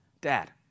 Dad